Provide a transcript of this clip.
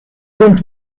don’t